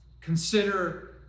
consider